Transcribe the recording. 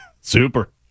Super